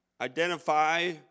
identify